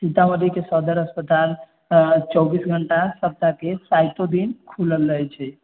सीतामढ़ी के सदर अस्पताल चौबीस घण्टा सप्ताह के सातो दिन खुलल रहै छै